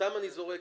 סתם אני זורק,